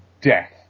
death